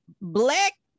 black